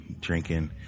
drinking